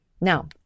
Now